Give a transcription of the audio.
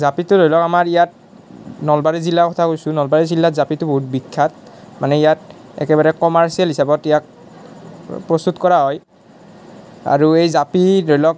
জাপিটো ধৰি লওক আমাৰ ইয়াত নলবাৰী জিলাৰ কথা কৈছোঁ নলবাৰী জিলাত জাপিটো বহুত বিখ্যাত মানে ইয়াত একেবাৰে কমাৰ্চিয়েল হিচাপত ইয়াক প্ৰস্তুত কৰা হয় আৰু এই জাপি ধৰি লওক